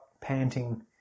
panting